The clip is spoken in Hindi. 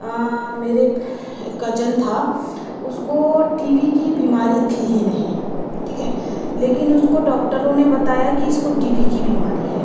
मेरे कजन था उसको टी वी की बीमारी थी ही नहीं ठीक है लेकिन उसको डॉक्टरों ने बताया की इसको टी वी की बीमारी है